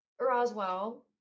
Roswell